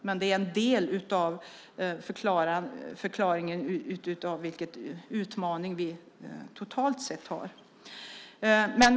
Detta är en del av förklaringen till den utmaning vi står inför, totalt sett.